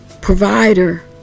provider